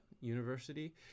University